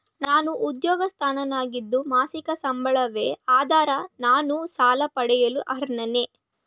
ನಾನು ಉದ್ಯೋಗಸ್ಥನಾಗಿದ್ದು ಮಾಸಿಕ ಸಂಬಳವೇ ಆಧಾರ ನಾನು ಸಾಲ ಪಡೆಯಲು ಅರ್ಹನೇ?